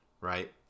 Right